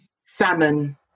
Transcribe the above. Salmon